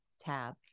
tab